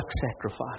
sacrifice